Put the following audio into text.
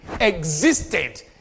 existed